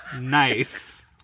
nice